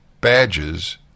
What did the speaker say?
badges